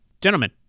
gentlemen